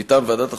מטעם ועדת החוקה,